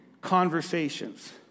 conversations